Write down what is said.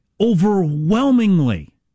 overwhelmingly